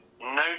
no